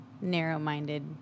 narrow-minded